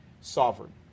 sovereign